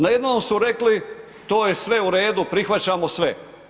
Najednom su rekli, to je sve u redu, prihvaćamo sve.